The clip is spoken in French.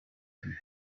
plus